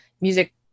music